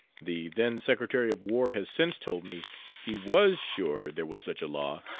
the then secretary of war has since told me he was sure there was such a law,